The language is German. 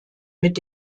mit